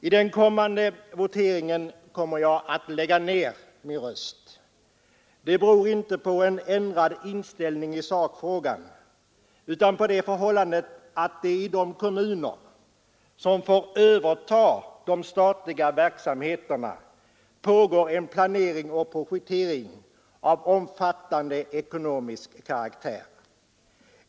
I den kommande voteringen kommer jag att lägga ned min röst. Det beror inte på en ändrad inställning i sakfrågan utan på det förhållandet att det i de kommuner som får överta de statliga verksamheterna pågår en planering och projektering av omfattande ekonomisk karaktär.